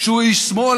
שהוא איש שמאל,